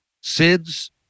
sid's